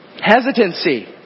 Hesitancy